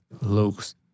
looks